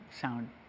sound